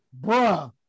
Bruh